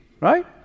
Right